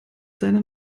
seiner